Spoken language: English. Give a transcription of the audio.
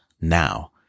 now